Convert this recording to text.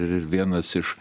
ir vienas iš